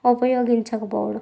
ఉపయోగించక పోవడం